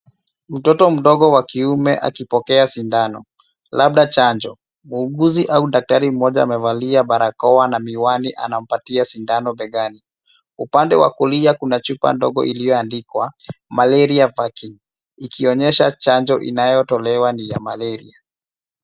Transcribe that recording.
Mtoto mdogo wa kiume akipokea sindano, labda chanjo. Muuguzi au daktari mmoja amevalia barakoa na miwani anampatia sindano begani. Upande wa kulia kuna chupa ndogo iliyoandikwa Malaria Vaccine , ikionyesha chanjo inayotolewa ni ya malaria.